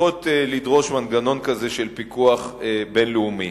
צריכות לדרוש מנגנון כזה של פיקוח בין-לאומי.